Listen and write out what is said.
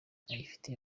ayifite